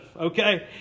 okay